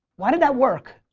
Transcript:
why did that work?